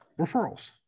referrals